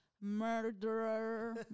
murderer